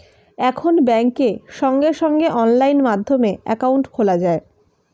এখন ব্যাংকে সঙ্গে সঙ্গে অনলাইন মাধ্যমে অ্যাকাউন্ট খোলা যায়